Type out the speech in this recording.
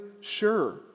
sure